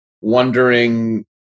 wondering